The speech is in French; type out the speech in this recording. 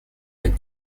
les